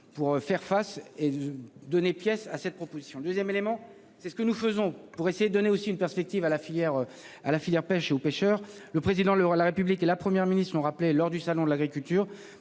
pour faire face et donner pièce à cette proposition 2ème élément c'est ce que nous faisons pour essayer donner aussi une perspective à la filière à la filière pêche et aux pêcheurs. Le président le la République et la Première ministre ont rappelé lors du salon de l'agriculture